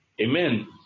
Amen